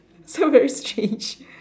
sound very change